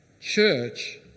church